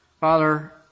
Father